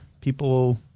people